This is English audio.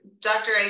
Dr